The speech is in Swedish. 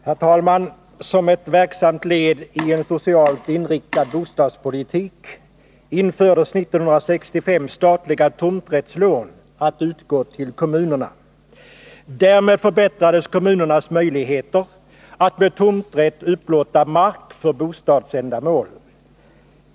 Herr talman! Som ett verksamt led i en socialt inriktad bostadspolitik infördes 1965 statliga tomträttslån att utgå till kommunerna. Därmed förbättrades kommunernas möjligheter att med tomträtt upplåta mark för bostadsändamål.